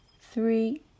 three